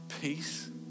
peace